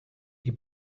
die